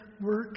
work